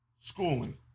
Schooling